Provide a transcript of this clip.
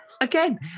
again